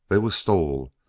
they was stole,